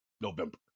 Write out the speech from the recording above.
November